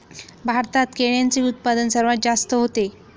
भारतात केळ्यांचे उत्पादन सर्वात जास्त होते